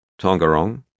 Tongarong